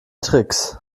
tricks